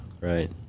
Right